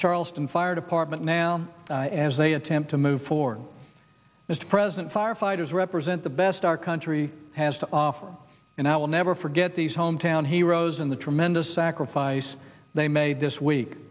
charleston fire department now as they attempt to move forward mr president firefighters represent the best our country has to offer and i will never forget these hometown heroes in the tremendous sacrifice they made this week